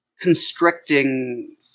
constricting